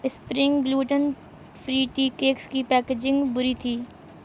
spring gluten free tea cakes کی packaging بڑی تھی